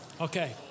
Okay